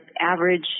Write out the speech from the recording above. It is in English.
average